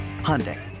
Hyundai